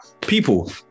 people